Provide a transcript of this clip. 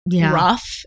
rough